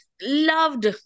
loved